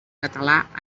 català